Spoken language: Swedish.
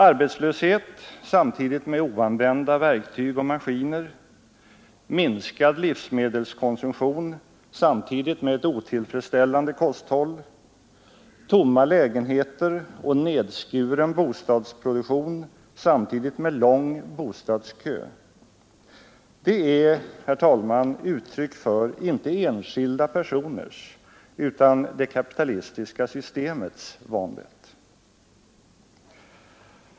Arbetslöshet samtidigt med oanvända verktyg och maskiner, minskad livsmedelskonsumtion samtidigt med ett otillfredsställande kosthåll, tomma lägenheter och nedskuren bostadsproduktion samtidigt med lång bostadskö — det är, herr talman, uttryck för inte enskilda personers utan det kapitalistiska systemets vanvett.